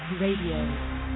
Radio